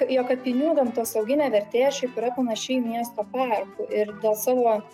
jog kapinių gamtosauginė vertė šiaip yra panaši į miesto parkų ir dėl savo